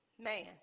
man